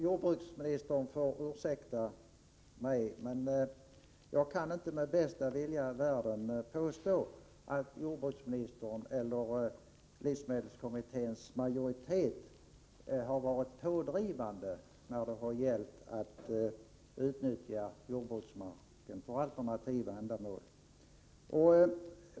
Jordbruksministern får ursäkta mig, men jag kan inte med bästa vilja i världen påstå att jordbruksministern eller livsmedelskommitténs majoritet varit pådrivande när det har gällt att utnyttja jordbruksmark för alternativa ändamål.